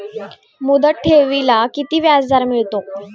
मुदत ठेवीला किती व्याजदर मिळतो?